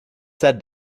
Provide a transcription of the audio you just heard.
said